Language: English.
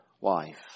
wife